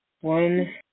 one